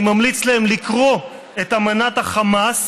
אני ממליץ להם לקרוא את אמנת החמאס